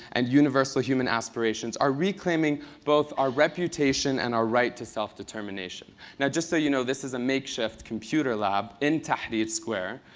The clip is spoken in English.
and universal human aspirations are reclaiming both our reputation and our right to self-determination. now just so you know, this is a makeshift computer lab in tahrir square,